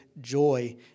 joy